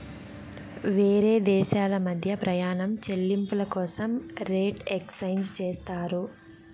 వేరే దేశాల మధ్య ప్రయాణం చెల్లింపుల కోసం రేట్ ఎక్స్చేంజ్ చేస్తారు